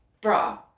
bra